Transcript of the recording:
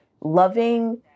loving